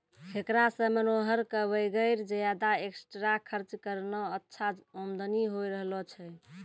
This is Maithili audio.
हेकरा सॅ मनोहर कॅ वगैर ज्यादा एक्स्ट्रा खर्च करनॅ अच्छा आमदनी होय रहलो छै